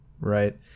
right